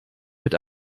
mit